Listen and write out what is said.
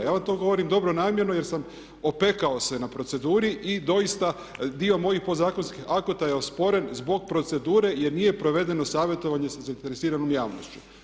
Ja vam to govorim dobronamjerno jer sam opekao se na proceduri i doista dio mojih podzakonskih akata je osporen zbog procedure jer nije provedeno savjetovanje sa zainteresiranom javnošću.